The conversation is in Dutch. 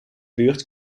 buurt